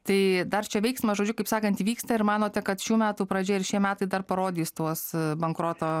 tai dar čia veiksmas žodžiu kaip sakant vyksta ir manote kad šių metų pradžia ir šie metai dar parodys tuos bankroto